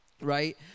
right